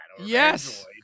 Yes